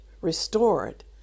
restored